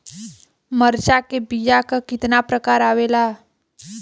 मिर्चा के बीया क कितना प्रकार आवेला?